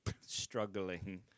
Struggling